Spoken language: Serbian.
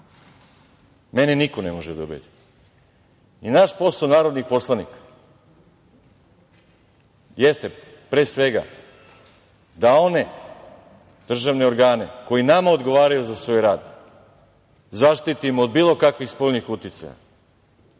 Mene niko ne može da ubedi. Naš posao, narodnih poslanika, jeste pre svega da one državne organe koji nama odgovaraju za svoj rad zaštitimo od bilo kakvih spoljnih uticaja,